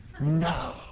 No